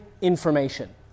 information